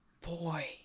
Boy